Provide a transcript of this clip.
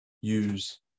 use